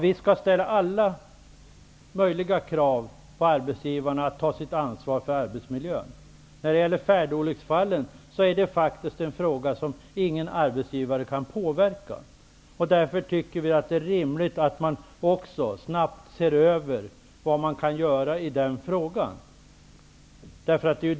Vi skall ställa alla möjliga krav på arbetsgivarna att ta sitt ansvar för arbetsmiljön. Men färdolycksfallen kan faktiskt ingen arbetsgivare påverka. Därför tycker vi att det är rimligt att man också snabbt ser över vad som kan göras i den frågan.